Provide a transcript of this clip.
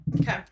Okay